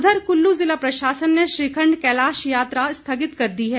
उधर कुल्लू जिला प्रशासन ने श्रीखण्ड कैलाश यात्रा स्थगित कर दी है